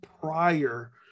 prior